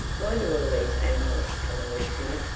why do all these animals come and live here?